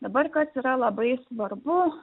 dabar kas yra labai svarbu